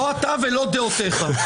לא אתה ולא דעותייך.